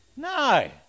No